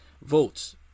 votes